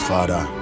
Father